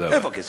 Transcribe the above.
איפה הכסף?